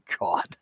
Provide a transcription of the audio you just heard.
god